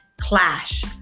clash